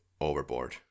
overboard